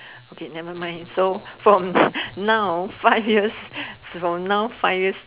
okay never mind so from now five years from now five years